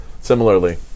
similarly